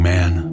Man